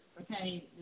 Okay